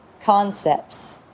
concepts